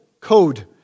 code